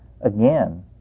again